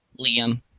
Liam